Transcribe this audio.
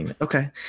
Okay